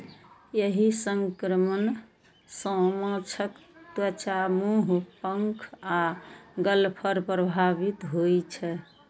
एहि संक्रमण सं माछक त्वचा, मुंह, पंख आ गलफड़ प्रभावित होइ छै